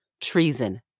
Treason